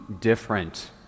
different